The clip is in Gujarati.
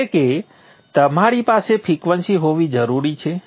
એટલે કે તમારી પાસે ફ્રિકવન્સી હોવી જરૂરી છે